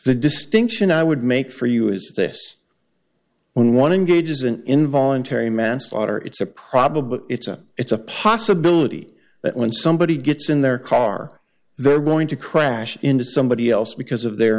the distinction i would make for you is this when want to engage is an involuntary manslaughter it's a problem but it's a it's a possibility that when somebody gets in their car they're going to crash into somebody else because of their